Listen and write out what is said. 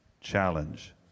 Challenge